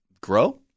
grow